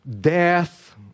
death